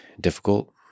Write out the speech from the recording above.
difficult